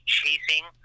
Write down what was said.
chasing